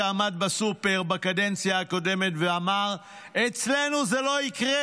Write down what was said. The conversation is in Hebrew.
שעמד בסופר בקדנציה הקודמת ואמר: אצלנו זה לא יקרה,